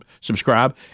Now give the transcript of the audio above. subscribe